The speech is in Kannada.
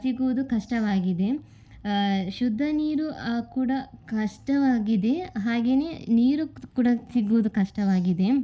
ಸಿಗುವುದು ಕಷ್ಟವಾಗಿದೆ ಶುದ್ಧ ನೀರು ಕೂಡ ಕಷ್ಟವಾಗಿದೆ ಹಾಗೇ ನೀರು ಕೂಡ ಸಿಗೋದು ಕಷ್ಟವಾಗಿದೆ